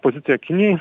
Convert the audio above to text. pozicija kinijai